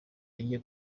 yagiye